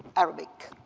arabic.